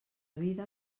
vida